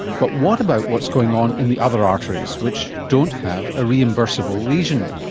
but what about what's going on in the other arteries, which don't have a reimbursable lesion?